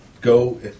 go